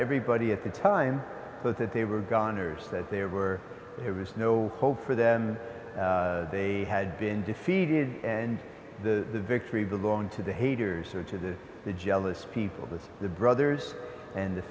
everybody at the time but that they were garners that there were there was no hope for them they had been defeated and the victory belonged to the haters or to the the jealous people to the brothers and the